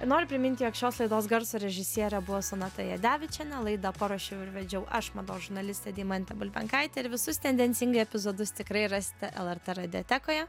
noriu priminti jog šios laidos garso režisierė buvo sonata jadevičienė laidą paruošiau ir vedžiau aš mados žurnalistė deimantė bulbenkaitė ir visus tendencingai epizodus tikrai rasite lrt radiotekoje